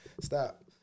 Stop